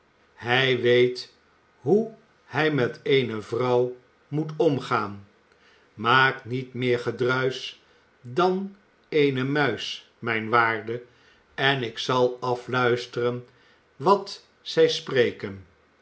hij weet hoe hij met eene vrouw moet omgaan maak niet meer gedruisch dan eene muis mijn waarde en ik zal afluisteren wat zij spreken